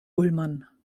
ullmann